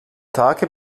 tage